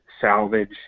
salvage